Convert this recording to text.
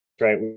right